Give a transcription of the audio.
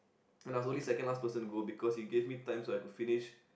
and I was only second last person to go because he gave me time so I could finish